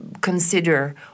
Consider